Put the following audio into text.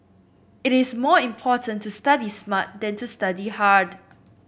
it is more important to study smart than to study hard